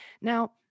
Now